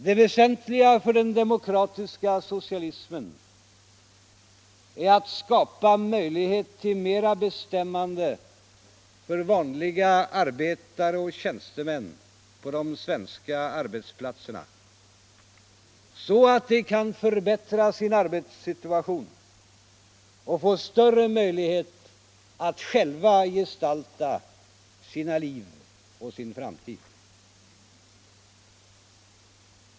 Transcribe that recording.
Det väsentliga för den demokratiska socialismen är att skapa möjlighet till medbestämmande för vanliga arbetare och tjänstemän på de svenska arbetsplatserna, så att de kan förbättra sin arbetssituation och få större möjlighet att själva gestalta sina liv och sin framtid.